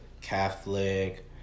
Catholic